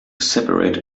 separate